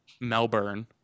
Melbourne